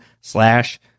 slash